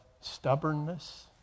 stubbornness